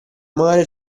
mare